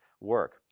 work